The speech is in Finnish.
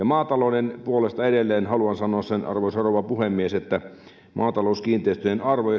maatalouden puolesta edelleen haluan sanoa arvoisa rouva puhemies että maatalouskiinteistöjen arvon